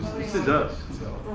this is us.